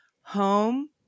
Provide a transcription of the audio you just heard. home